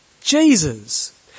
Jesus